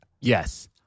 Yes